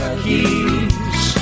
keys